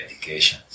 medications